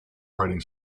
writing